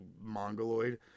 mongoloid